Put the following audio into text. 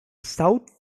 south